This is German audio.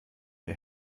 ihr